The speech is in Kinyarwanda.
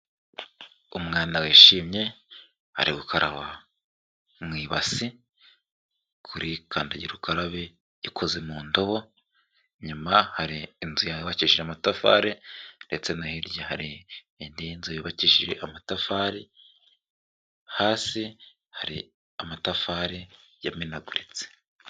Umwana wishimye ari gukaraba mu ibasi kuri kandagira ukarabe ikoze mu ndobo, inyuma hari inzu yubakijije amatafari ndetse no hirya hari indi nzu yubakishije amatafari, hasi hari amatafari yamenaguritse.